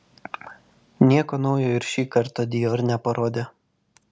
nieko naujo ir šį kartą dior neparodė